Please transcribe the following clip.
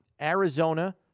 Arizona